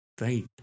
right